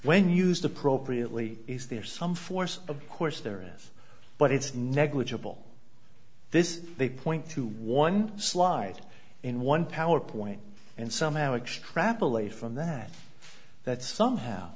used appropriately is there some force of course there is but it's negligible this is they point to one slide in one power point and somehow extrapolate from that that somehow